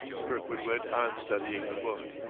kirkwood went on studying the book.